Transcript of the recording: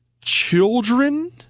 children